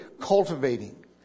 cultivating